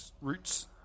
roots